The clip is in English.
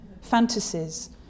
Fantasies